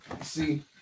see